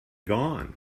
gone